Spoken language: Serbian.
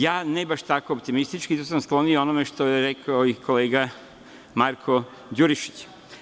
Ja ne baš tako optimistički, zato sam skloniji onome što je rekao kolega Marko Đurišić.